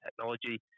technology